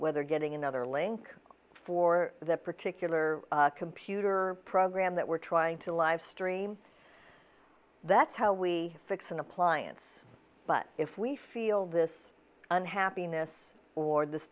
whether getting another link for the particular computer program that we're trying to live stream that's how we fix an appliance but if we feel this unhappiness or this